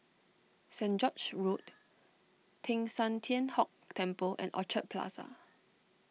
Saint George's Road Teng San Tian Hock Temple and Orchard Plaza